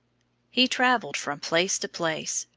he traveled from place to place,